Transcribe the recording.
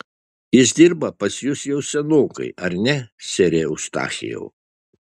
jis dirba pas jus jau senokai ar ne sere eustachijau